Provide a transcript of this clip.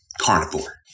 carnivore